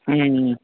ம் ம்